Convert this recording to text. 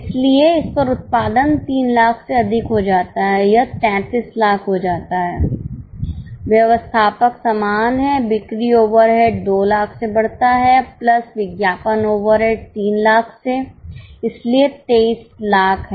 इसलिए इस पर उत्पादन ३००००० से अधिक हो जाता है यह ३३००००० हो जाता है व्यवस्थापक समान है बिक्री ओवरहेड २००००० से बढ़ता है प्लस विज्ञापन ओवरहेड ३००००० से इसलिए २३00000 है